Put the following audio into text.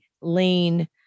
lean